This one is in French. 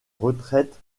retraite